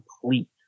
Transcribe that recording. complete